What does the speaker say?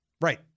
right